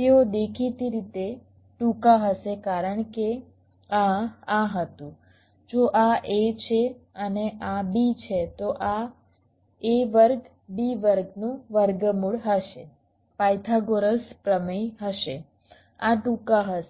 તેઓ દેખીતી રીતે ટૂંકા હશે કારણ કે આ આ હતું જો આ a છે અને આ b છે તો આ a વર્ગ b વર્ગનું વર્ગમૂળ હશે પાયથાગોરસ પ્રમેય હશે આ ટૂંકા હશે